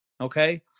Okay